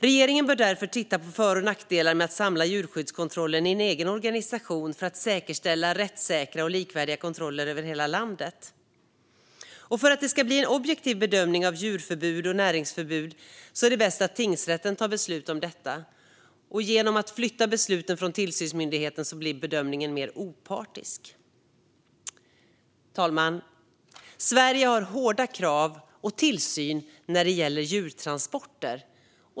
Regeringen bör därför titta på för och nackdelar med att samla djurskyddskontrollen i en egen organisation för att säkerställa rättssäkra och likvärdiga kontroller över hela landet. Om det ska bli en objektiv bedömning av djurförbud och näringsförbud är det bäst att tingsrätten tar beslut om detta. Och genom att flytta besluten från tillsynsmyndigheten blir bedömningen mer opartisk. Fru talman! Sverige har tillsyn och hårda krav när det gäller djurtransporter.